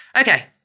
Okay